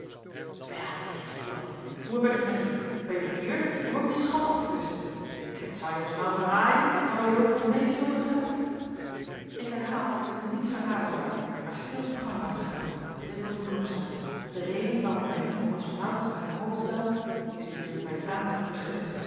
wel die en dat hoe heb ik het met je ben je bekeerd of heb je een schat opgevischt en zou je ons nou verraaien nou we je hulp het meest noodig hebben ik herhaal dat ik u niet verraden zal maar stil uw gang laten gaan dit moet u genoeg zijn de reden waarom ik mij niet ais vanouds aan uw hoofd stel is u dunkt mij tamelijk